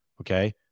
okay